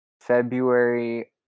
February